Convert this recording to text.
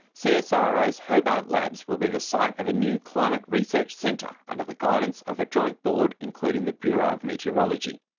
so csiro's hobart labs will be the site of a new climate research centre, under the guidance of a joint board including the bureau of meteorology.